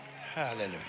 Hallelujah